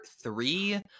three